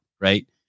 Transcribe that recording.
right